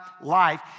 life